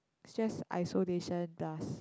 just isolation dust